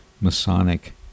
Masonic